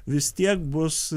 vis tiek bus